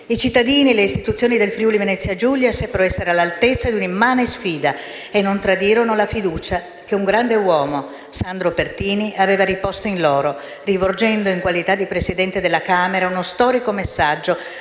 I cittadini e le istituzioni del Friuli-Venezia Giulia seppero essere all'altezza di una immane sfida e non tradirono la fiducia che un grande uomo, Sandro Pertini, aveva riposto in loro, rivolgendo, in qualità di Presidente della Camera, uno storico messaggio